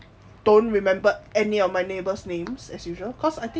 don't remember any of my neighbour's names as usual cause I think I change